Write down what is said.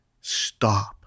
stop